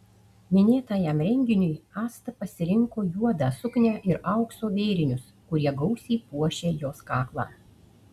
minėtajam renginiui asta pasirinko juodą suknią ir aukso vėrinius kurie gausiai puošė jos kaklą